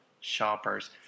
shoppers